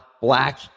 black